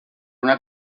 una